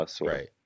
Right